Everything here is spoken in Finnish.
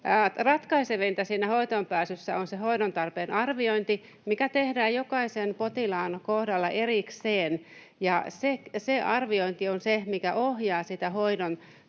Ratkaisevinta siinä hoitoonpääsyssä on se hoidon tarpeen arviointi, mikä tehdään jokaisen potilaan kohdalla erikseen, ja se arviointi on se, mikä ohjaa sitä